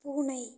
பூனை